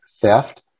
theft